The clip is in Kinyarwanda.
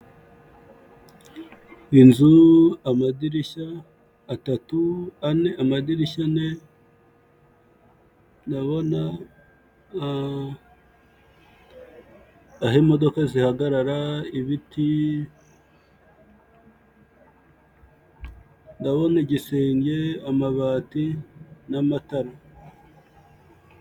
Inzu amadirishya atatu, ane, amadirishya ane, ndabona aho imodoka zihagarara, ibiti, ndabona igisenge, amabati n'amatara.